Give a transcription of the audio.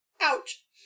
Ouch